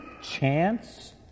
chance